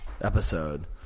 episode